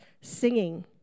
singing